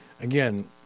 again